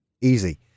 Easy